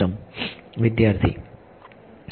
વિદ્યાર્થી